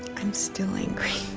i'm still angry